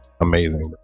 amazing